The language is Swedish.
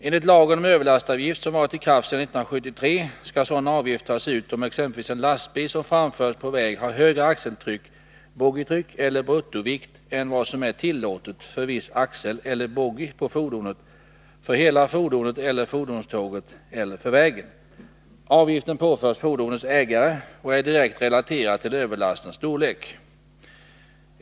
Enligt lagen om överlastavgift, som varit i kraft sedan 1973, skall sådan avgift tas ut, om exempelvis en lastbil som framförs på väg har högre axeltryck, boggitryck eller bruttovikt än vad som är tillåtet för viss axel eller boggi på fordonet, för hela fordonet eller fordonståget eller för vägen. Avgiften påförs fordonets ägare och är direkt relaterad till överlastens storlek.